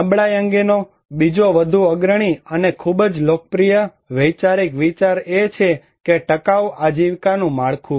નબળાઈ અંગેનો બીજો વધુ અગ્રણી અને ખૂબ જ લોકપ્રિય વૈચારિક વિચાર એ છે કે ટકાઉ આજીવિકાનું માળખું